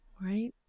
Right